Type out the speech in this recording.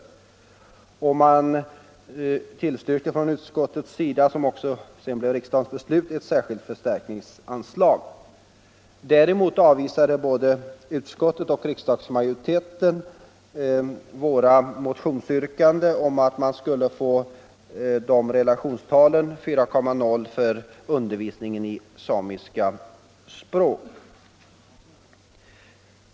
Utskottet tillstyrkte ett särskilt för — Anslag till vuxenutstärkningsanslag, vilket sedan också riksdagen beslutade om. Däremot = bildning avvisade både utskottet och riksdagsmajoriteten våra motionsyrkanden om att lärartätheten skulle ha relationstalet 4,0, för undervisningen i samiska språk.